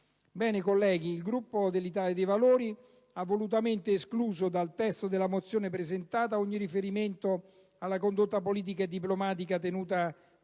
colleghi, il Gruppo dell'Italia dei Valori ha volutamente escluso dal testo della mozione presentata ogni riferimento alla condotta politica e diplomatica tenuta